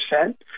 percent